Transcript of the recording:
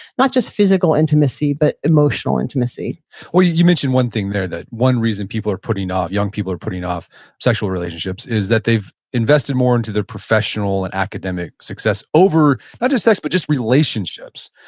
not just physical intimacy, but emotional intimacy well, you you mentioned one thing there that one reason people are putting off, young people are putting off sexual relationships is that they've invested more into their professional and academic success over, not just sex, but just relationships.